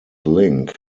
link